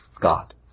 God